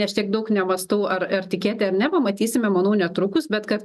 aš tiek daug nemąstau ar ar tikėti ar ne pamatysime manau netrukus bet kad